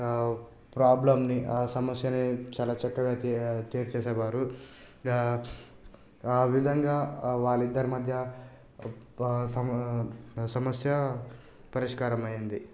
ప్రాబ్లంని సమస్యని చాలా చక్కగా తీ తీర్చేసే వారు ఆ విధంగా వాళ్ళిద్దరి మధ్య ప స సమస్య పరిష్కారమైంది